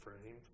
frame